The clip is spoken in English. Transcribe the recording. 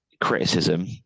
criticism